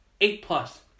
Eight-plus